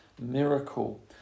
miracle